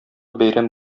бәйрәм